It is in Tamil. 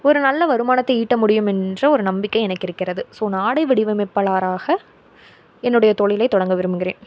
ஒரு நல்ல வருமானத்தை ஈட்ட முடியும் என்ற ஒரு நம்பிக்கை எனக்கு இருக்கிறது ஸோ நான் ஆடை வடிவமைப்பளாராக என்னோடைய தொழிலை தொடங்க விரும்புகிறேன்